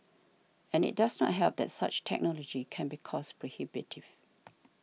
and it does not help that such technology can be cost prohibitive